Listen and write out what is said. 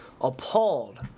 appalled